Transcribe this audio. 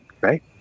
right